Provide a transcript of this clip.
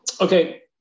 Okay